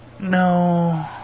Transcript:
No